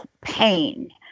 pain